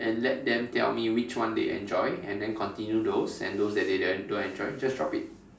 and let them tell me which one they enjoy and then continue those and those that they don't enjoy just drop it